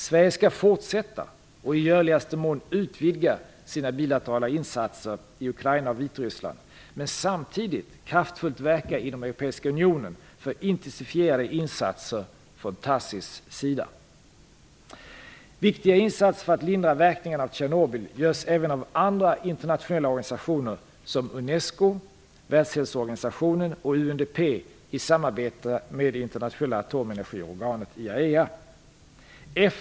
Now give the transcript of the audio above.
Sverige skall fortsätta och i görligaste mån utvidga sina bilaterala insatser i Ukraina och Vitryssland men samtidigt kraftfullt verka inom Europeiska unionen för intensifierade insatser från TACIS sida. Viktiga insatser för att lindra verkningarna av Tjernobyl görs även av andra internationella organisationer som Unesco, Världshälsoorganisationen och UNDP i samarbete med det internationella atomenergiorganet IAEA.